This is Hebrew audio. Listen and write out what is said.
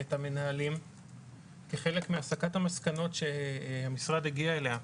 את המנהלים כחלק מהסקת המסקנות שהמשרד הגיע אליה,